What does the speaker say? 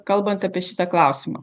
kalbant apie šitą klausimą